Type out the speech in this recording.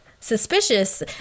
suspicious